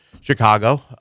Chicago